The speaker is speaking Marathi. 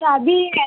साधी आहे